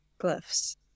glyphs